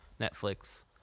netflix